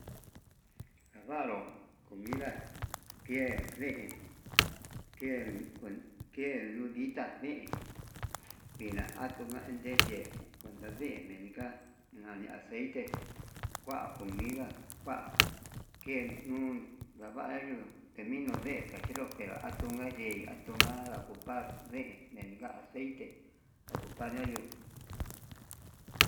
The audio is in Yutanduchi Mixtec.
Navanru comida kien nii ken ken nuu ditá nii vina atuu ján ne ye'e, kondani meninga nani aceite kua comida kua uun ndavayu teñinu deen akchenro keva'a atuna ye'í atuna na kupar deen da'a aceite ucupar nayo.